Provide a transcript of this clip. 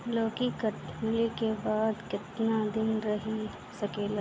लौकी कटले के बाद केतना दिन रही सकेला?